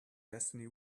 destiny